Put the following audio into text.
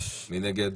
מי נגד?